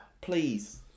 Please